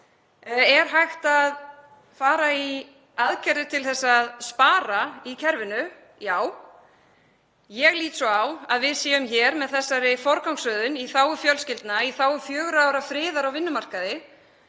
Er hægt að fara í aðgerðir til að spara í kerfinu? Já, ég lít svo á að við séum með þessari forgangsröðun í þágu fjölskyldna, í þágu fjögurra ára friðar á vinnumarkaði,